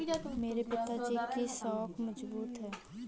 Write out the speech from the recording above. मेरे पिताजी की साख मजबूत है